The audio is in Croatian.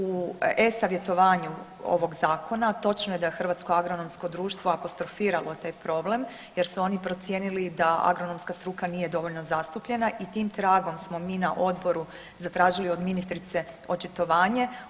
U e-savjetovanju ovog zakona točno je da Hrvatsko agronomsko društvo apostrofiralo taj problem jer su oni procijenili da agronomska struka nije dovoljno zastupljena i tim tragom smo mi na odboru zatražili od ministrice očitovanje.